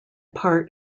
part